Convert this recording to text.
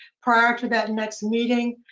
prior to that next meeting?